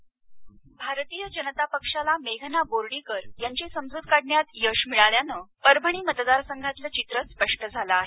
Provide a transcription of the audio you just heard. व्हीओ भारतीय जनता पक्षाला मेघना बोर्डीकर यांची समजूत काढण्यात यश मिळाल्यानं त्यामुळे परभणी मतदारसंघातलं चित्र स्पष्ट झालं आहे